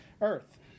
Earth